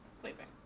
sleeping